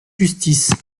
justice